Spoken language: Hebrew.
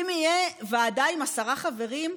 אם תהיה ועדה עם עשרה חברים,